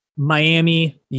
Miami